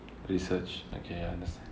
research okay ah yes